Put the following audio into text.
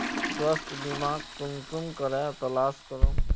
स्वास्थ्य बीमा कुंसम करे तलाश करूम?